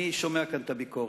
אני שומע כאן את הביקורת,